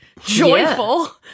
joyful